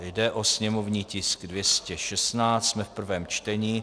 Jde o sněmovní tisk 216, jsme v prvém čtení.